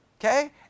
Okay